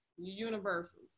universals